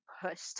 pushed